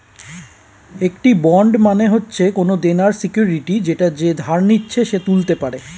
একটি বন্ড মানে হচ্ছে কোনো দেনার সিকিউরিটি যেটা যে ধার নিচ্ছে সে তুলতে পারে